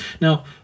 Now